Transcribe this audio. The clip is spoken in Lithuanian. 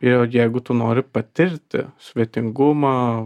ir jeigu tu nori patirti svetingumą